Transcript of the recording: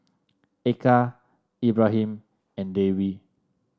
Eka Ibrahim and Dewi